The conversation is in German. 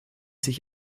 sich